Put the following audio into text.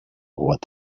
what